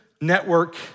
network